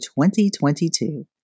2022